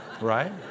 right